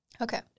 okay